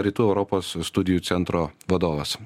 rytų europos studijų centro vadovas